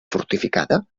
fortificada